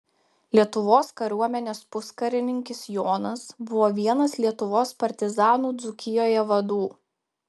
lietuvos kariuomenės puskarininkis jonas buvo vienas lietuvos partizanų dzūkijoje vadų